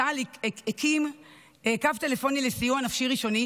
צה"ל הקים קו טלפוני לסיוע נפשי ראשוני